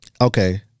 Okay